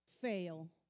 fail